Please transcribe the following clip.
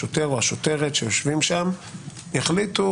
השוטר או השוטרת שיושבים שם יחליטו